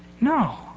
No